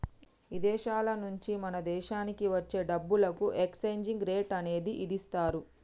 ఇదేశాల నుంచి మన దేశానికి వచ్చే డబ్బులకు ఎక్స్చేంజ్ రేట్ అనేది ఇదిస్తారు